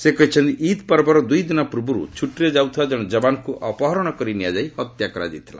ସେ କହିଛନ୍ତି ଇଦ୍ ପର୍ବର ଦୁଇ ଦିନ ପୂର୍ବରୁ ଛୁଟିରେ ଯାଉଥିବା ଜଣେ ଯବାନ୍ଙ୍କୁ ଅପହରଣ କରି ନିଆଯାଇ ହତ୍ୟା କରାଯାଇଥିଲା